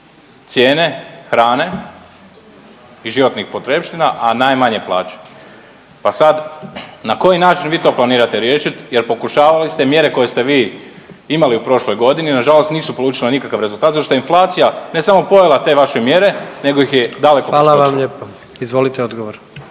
cijene hrane i životnih potrepština, a najmanje plaće. Pa sad na koji način vi to pokušavate riješit jer pokušavali ste mjere koje ste vi imali u prošloj godini nažalost nisu polučile nikakav rezultat zato što je inflacija ne samo pojela te vaše mjere nego ih je daleko preskočila. **Jandroković, Gordan